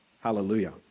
Hallelujah